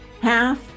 half